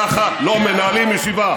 ככה לא מנהלים ישיבה.